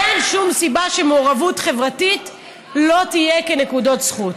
אין שום סיבה שמעורבות חברתית לא תהיה עם נקודות זכות.